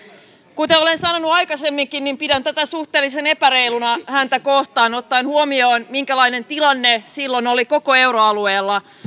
kuten olen sanonut aikaisemminkin pidän tätä suhteellisen epäreiluna häntä kohtaan ottaen huomioon minkälainen tilanne silloin oli koko euroalueella